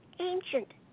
ancient